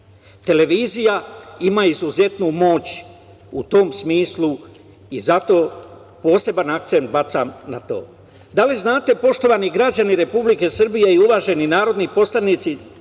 Televizija ima izuzetnu moć u tom smislu i zato poseban akcenat bacam na to. Da li znate, poštovani građani Republike Srbije i uvaženi narodni poslanici,